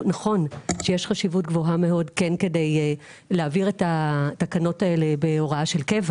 נכון שיש חשיבות גבוהה מאוד להעביר את התקנות האלה בהוראה של קבע